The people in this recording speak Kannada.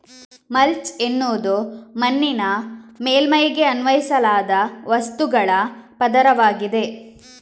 ಮಲ್ಚ್ ಎನ್ನುವುದು ಮಣ್ಣಿನ ಮೇಲ್ಮೈಗೆ ಅನ್ವಯಿಸಲಾದ ವಸ್ತುಗಳ ಪದರವಾಗಿದೆ